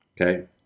Okay